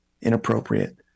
inappropriate